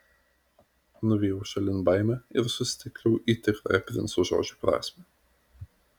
nuvijau šalin baimę ir susitelkiau į tikrąją princo žodžių prasmę